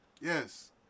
Yes